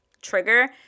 trigger